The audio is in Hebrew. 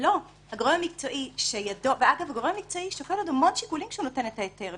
הגורם המקצועי שוקל המון שיקולים כשהוא נותן את ההיתר,